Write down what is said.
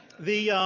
the